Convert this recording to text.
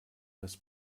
das